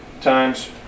times